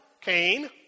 Cain